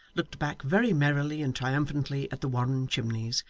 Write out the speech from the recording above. looked back very merrily and triumphantly at the warren chimneys,